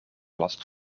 last